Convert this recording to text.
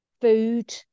food